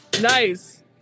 Nice